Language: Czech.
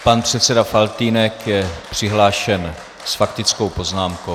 Pan předseda Faltýnek je přihlášen s faktickou poznámkou.